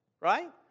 right